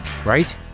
Right